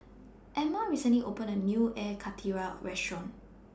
Emma recently opened A New Air Karthira Restaurant